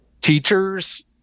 Teachers